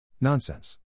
Nonsense